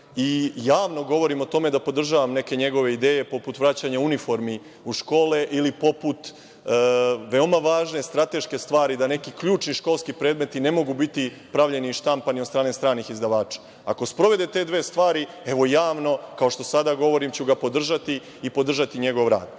i javno govorim o tome da podržavam neke njegove ideje, poput vraćanja uniformi u škole ili poput veoma važne strateške stvari, da neki ključni školski predmeti ne mogu biti pravljeni i štampani od strane stranih izdavača. Ako sprovede te dve stvari, evo javno, kao što sada govorim, ću ga podržati i podržati njegov rad.